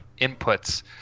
inputs